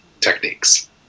techniques